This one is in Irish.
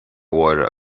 mháire